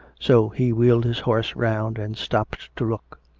so he wheeled his horse round and stopped to look.